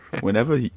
whenever